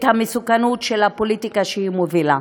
את המסוכנות של הפוליטיקה שהיא מובילה.